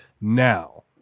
now